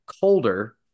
colder